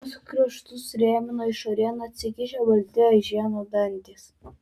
jos kraštus rėmino išorėn atsikišę balti aiženų dantys